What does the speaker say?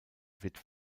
wird